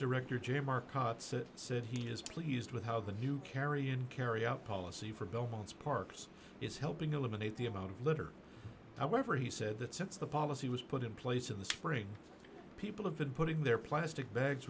director j marcotte said said he is pleased with how the new carry and carry out policy for belmont's parks is helping eliminate the amount of litter however he said that since the policy was put in place in the spring people have been putting their plastic bags